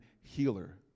Healer